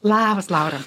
labas laura